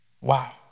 Wow